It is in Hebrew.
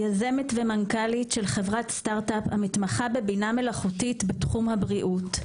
יזמת ומנכ"לית של חברת סטארט-אפ המתמחה בבינה מלאכותית בתחום הבריאות,